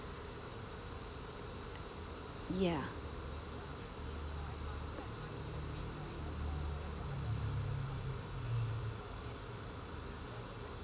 ya